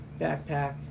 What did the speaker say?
backpack